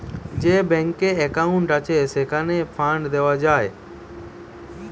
যে ব্যাংকে একউন্ট আছে, সেইখানে ফান্ড দেওয়া যায়